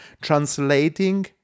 translating